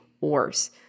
worse